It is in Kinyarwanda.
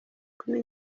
kumi